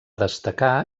destacar